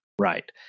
Right